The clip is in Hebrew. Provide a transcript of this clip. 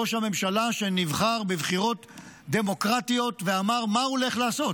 ראש הממשלה שנבחר בבחירות דמוקרטיות ואמר מה הוא הולך לעשות,